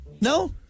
No